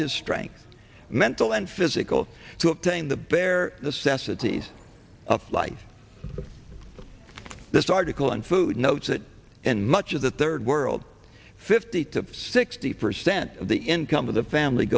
his strength mental and physical to obtain the bare necessities of life this article and food notes that and much of the third world fifty to sixty percent of the income of the family